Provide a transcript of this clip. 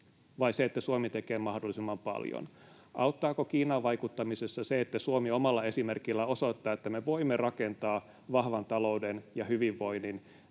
vai se, että Suomi tekee mahdollisimman paljon? Auttaako Kiinaan vaikuttamisessa se, että Suomi omalla esimerkillään osoittaa, että me voimme rakentaa vahvan talouden ja hyvinvoinnin